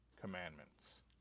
commandments